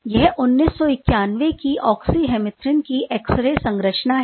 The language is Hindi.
यह 1991 की ऑक्सी हेमरथ्रिन की एक एक्स रे संरचना है